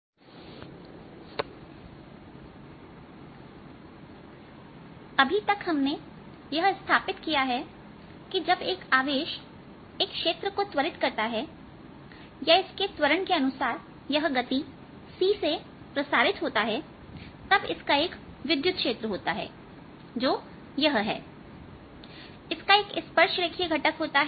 त्वरित आवेश के द्वारा विकिरण II अभी तक हमने यह स्थापित किया कि जब एक आवेश एक क्षेत्र को त्वरित करता है या इसके त्वरण के अनुसार यह गति c से प्रसारित होता है तब इसका एक विद्युत क्षेत्र होता है जो यह हैइसका एक स्पर्श रेखीय घटक होता है